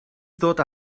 ddod